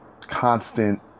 constant